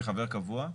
כחבר קבוע?